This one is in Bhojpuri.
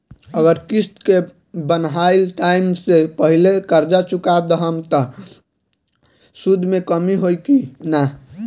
अगर किश्त के बनहाएल टाइम से पहिले कर्जा चुका दहम त सूद मे कमी होई की ना?